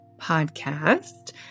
Podcast